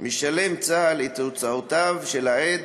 משלם צה"ל את הוצאותיו של העד,